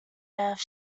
earth